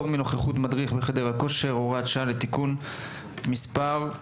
מנוכחות מדריך בחדר כושר)(הוראת שעה)(תיקון מס...),